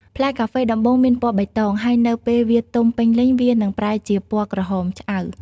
ផ្លែកាហ្វេដំបូងមានពណ៌បៃតង ហើយនៅពេលវាទុំពេញលេញវានឹងប្រែជាពណ៌ក្រហមឆ្អៅ។